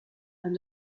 and